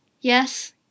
Yes